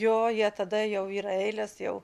jo jie tada jau yra eilės jau